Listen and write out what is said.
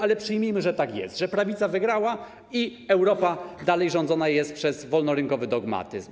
Ale przyjmijmy, że tak jest, że prawica wygrała i Europa dalej rządzona jest przez wolnorynkowy dogmatyzm.